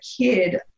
kid